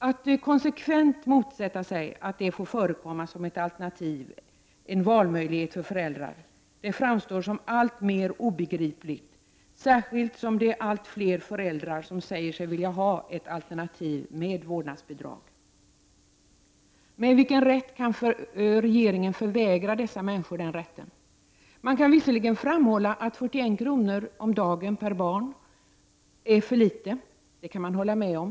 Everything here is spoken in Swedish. Att konsekvent motsätta sig att det får förekomma som ett alternativ, en valmöjlighet för föräldrar, framstår som alltmer obegripligt, särskilt som allt fler föräldrar säger sig vilja ha ett alternativ med vårdnadsbidrag. Med vilken rätt kan regeringen förvägra dessa människor den möjligheten? Det kan visserligen framhållas att 41 kr. om dagen per barn är för litet. Det kan man hålla med om.